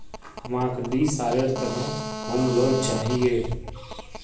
हमाक दी सालेर त न होम लोन चाहिए